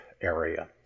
area